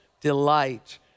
delight